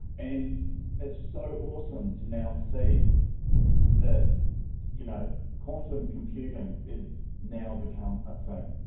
an it's so awesome to now see that you know quantum computing is now become a thing,